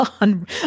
on